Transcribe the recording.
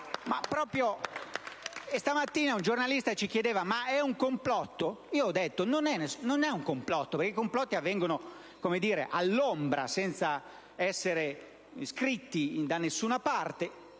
stamattina un giornalista ci chiedeva se fosse un complotto. Io ho risposto di no, perché i complotti avvengono all'ombra, senza essere scritti da nessuna parte.